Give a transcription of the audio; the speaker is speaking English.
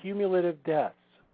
cumulative deaths.